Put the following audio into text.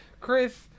Chris